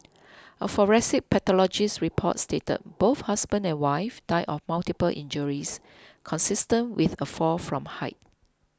a forensic pathologist's report stated both husband and wife died of multiple injuries consistent with a fall from height